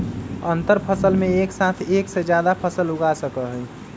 अंतरफसल में एक साथ एक से जादा फसल उगा सका हई